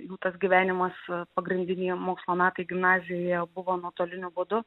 jų tas gyvenimas pagrindiniai mokslo metai gimnazijoje buvo nuotoliniu būdu